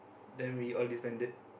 then we all disbanded